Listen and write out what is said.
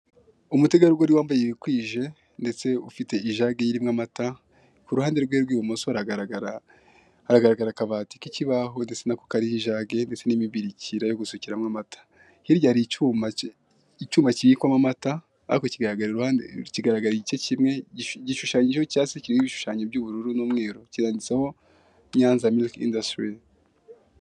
Umutegarugori wambaye wikwije ndetse ufite ijage irimo amata, ku ruhande rwe rw'ibumoso haragaragara akabati k'ikibaho ndetse nako kariho ijage ndetse n'imibirikira yo gusukiramo amata. Hirya hari icyuma kibikwamo amata ariko kigaragara igice kimwe, gishushanyijeho cyangwa se kiriho ibishushanyo by'ubururu n'umweru kinanditseho Nyanza miliki indasitiri.